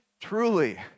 truly